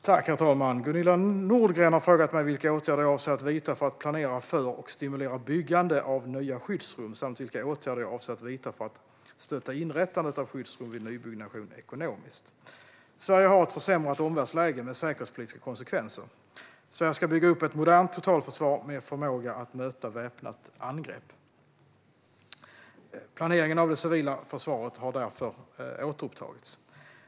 Herr talman! Gunilla Nordgren har frågat mig vilka åtgärder jag avser att vidta för att planera för och stimulera byggande av nya skyddsrum samt vilka åtgärder jag avser att vidta för att stötta inrättandet av skyddsrum vid nybyggnation ekonomiskt. Sverige har ett försämrat omvärldsläge med säkerhetspolitiska konsekvenser. Sverige ska bygga upp ett modernt totalförsvar med förmåga att möta väpnat angrepp. Planeringen av det civila försvaret har därför återupptagits.